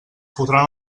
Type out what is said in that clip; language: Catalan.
fotran